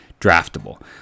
draftable